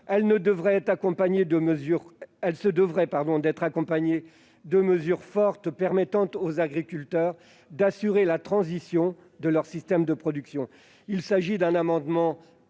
Elle devra être accompagnée de mesures fortes permettant aux agriculteurs d'assurer la transition de leur système de production.